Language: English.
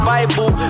Bible